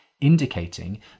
indicating